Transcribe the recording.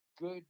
good